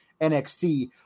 NXT